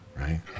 right